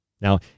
Now